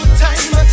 time